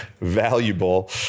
valuable